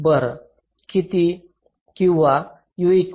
बरं किंवा